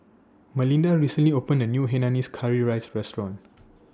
Melinda recently opened A New Hainanese Curry Rice Restaurant